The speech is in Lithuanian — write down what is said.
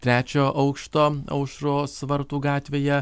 trečio aukšto aušros vartų gatvėje